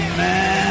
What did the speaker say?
man